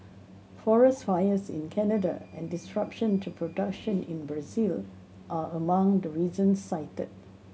forest fires in Canada and disruption to production in Brazil are among the reasons cited